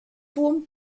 tłum